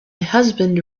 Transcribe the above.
husband